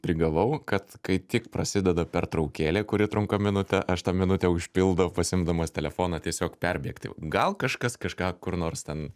prigavau kad kai tik prasideda pertraukėlė kuri trunka minutę aš tą minutę užpildau pasiimdamas telefoną tiesiog perbėgti gal kažkas kažką kur nors ten